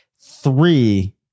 three